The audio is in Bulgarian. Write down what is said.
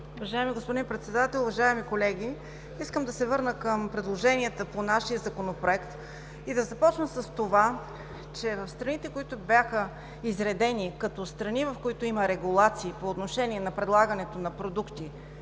Уважаеми господин Председател, уважаеми колеги! Искам да се върна към предложенията по нашия Законопроект и да започна с това, че в страните, които бяха изредени като страни, в които има регулации по отношение на предлагането на продукти